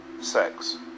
sex